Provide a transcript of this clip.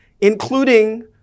including